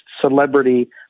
celebrity